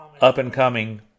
up-and-coming